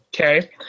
Okay